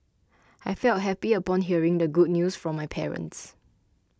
I felt happy upon hearing the good news from my parents